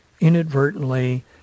inadvertently